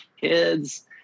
kids